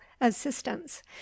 assistance